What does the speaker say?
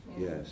yes